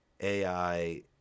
AI